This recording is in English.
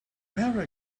marek